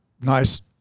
nice